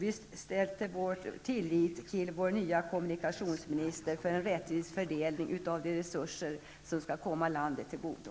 Vi sätter vår tillit till vår nye kommunikationsminister om en rättvis fördelning av de resurser som skall komma landet till godo.